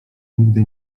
nigdy